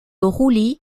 roulis